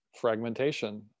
fragmentation